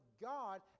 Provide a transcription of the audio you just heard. God